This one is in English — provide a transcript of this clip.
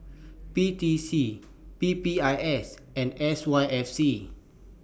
P T C P P I S and S Y F C